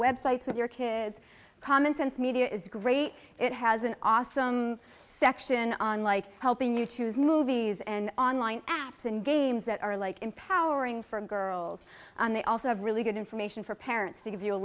websites with your kids common sense media is great it has an awesome section on like helping you choose movies and online apps and games that are like empowering for girls and they also have really good information for parents to give you a